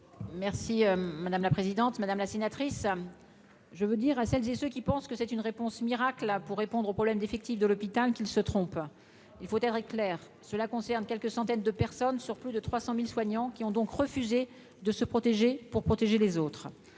Merci madame la présidente, madame la sénatrice. Je veux dire à celles et ceux qui pensent que c'est une réponse miracle là pour répondre aux problèmes d'effectifs de l'hôpital, qu'ils se trompent, il faut dire, cela concerne quelques centaines de personnes sur plus de 300000 soignants qui ont donc refusé de se protéger, pour protéger les autres,